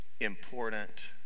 important